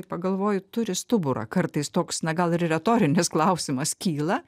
pagalvoju turi stuburą kartais toks na gal ir retorinis klausimas kyla